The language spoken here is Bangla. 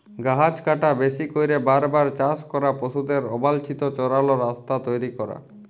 গাহাচ কাটা, বেশি ক্যইরে বার বার চাষ ক্যরা, পশুদের অবাল্ছিত চরাল, রাস্তা তৈরি ক্যরা